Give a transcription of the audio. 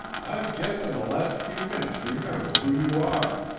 i've just in the last few minutes remembered who you are.